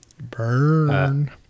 Burn